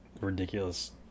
ridiculous